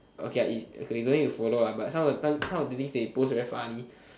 okay is okay you don't need to follow lah but some of the times some of the things they post very funny